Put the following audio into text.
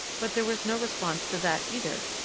but there was no response to that either,